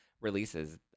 releases